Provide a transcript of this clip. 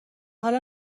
حالا